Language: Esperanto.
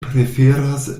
preferas